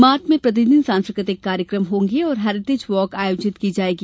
mart में प्रतिदिन सांस्कृतिक कार्यक्रम होंगे और हेरिटेज वॉक आयोजित की जायेगी